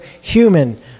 human